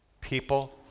people